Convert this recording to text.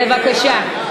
בבקשה.